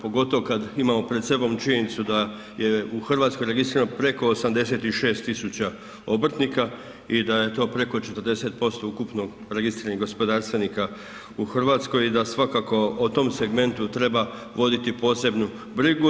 Pogotovo kada pred sobom imamo činjenicu da je u Hrvatskoj registrirano preko 86.000 obrtnika i da je to preko 40% ukupno registriranih gospodarstvenika u Hrvatskoj i da svakako o tom segmentu treba voditi posebnu brigu.